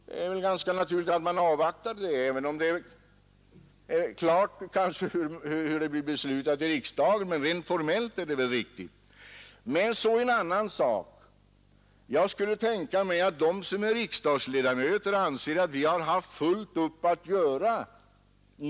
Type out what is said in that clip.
Det är väl ganska naturligt att man avvaktar det, även om det kanske är klart vilket beslut riksdagen kommer att fatta.